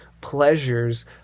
pleasures